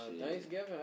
Thanksgiving